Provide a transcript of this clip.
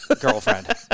Girlfriend